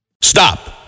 stop